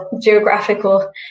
geographical